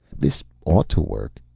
this ought to work.